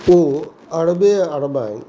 ओ अरबे अरबाइन